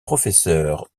professeur